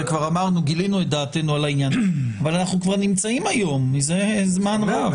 גילינו את דעתנו על העניין ואנחנו נמצאים היום מזה זמן רב.